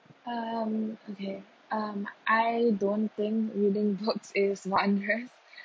um okay um I don't think reading books is wondrous